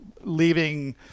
leaving